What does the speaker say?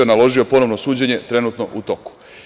Naložio je ponovno suđenje, trenutno u toku.